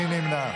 מי נמנע?